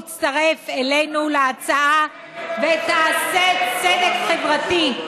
בוא תצטרף אלינו להצעה, ותעשה צדק חברתי.